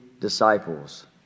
disciples